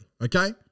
Okay